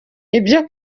ibyo